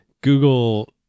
Google